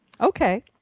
Okay